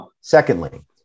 secondly